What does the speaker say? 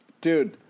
Dude